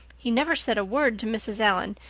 he never said a word to mrs. allan,